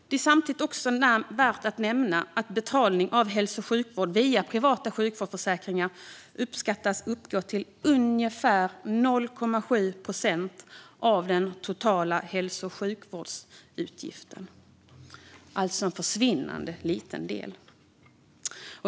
Det är samtidigt också värt att nämna att betalningar av hälso och sjukvård via privata sjukvårdsförsäkringar uppskattas uppgå till ungefär 0,7 procent av den totala hälso och sjukvårdsutgiften - alltså en försvinnande liten del.